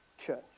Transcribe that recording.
Church